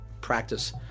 practice